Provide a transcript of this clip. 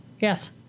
Yes